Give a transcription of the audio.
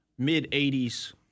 mid-'80s